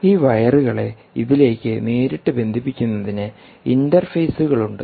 ഈ വയറുകളെ ഇതിലേക്ക് നേരിട്ട് ബന്ധിപ്പിക്കുന്നതിന് ഇന്റർഫേസുകളുണ്ട്